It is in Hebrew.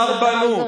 סרבנות,